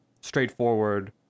straightforward